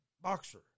boxer